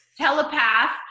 telepath